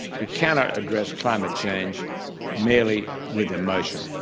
we cannot address climate change merely with emotion.